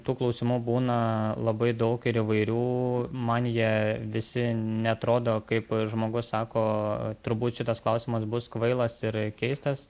tų klausimų būna labai daug ir įvairių man jie visi neatrodo kaip žmogus sako turbūt šitas klausimas bus kvailas ir keistas